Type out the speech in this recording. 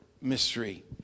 mystery